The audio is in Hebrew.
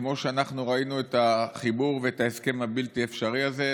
כמו שאנחנו ראינו את החיבור ואת ההסכם הבלתי-אפשרי הזה.